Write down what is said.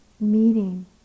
meeting